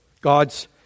God's